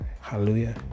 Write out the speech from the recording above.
Hallelujah